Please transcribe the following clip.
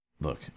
look